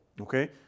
Okay